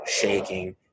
shaking